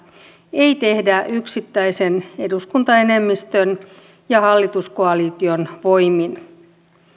ei tehdä yksittäisen eduskuntaenemmistön ja hallituskoalition voimin